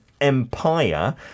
empire